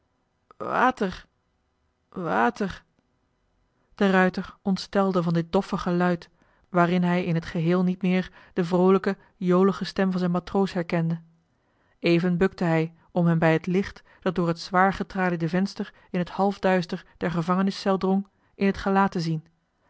water de ruijter ontstelde van dit doffe geluid waarin hij in t geheel niet meer de vroolijke jolige stem van zijn matroos herkende even bukte hij om hem bij het licht dat door het zwaar getraliede venster in het halfduister der gevangeniscel drong in het gelaat te zien